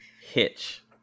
Hitch